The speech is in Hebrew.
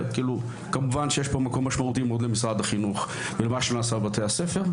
כמובן שיש פה מקום משמעותי למשרד החינוך ומה שנעשה בבתי הספר,